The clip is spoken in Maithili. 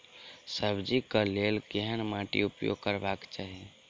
सब्जी कऽ लेल केहन माटि उपयोग करबाक चाहि?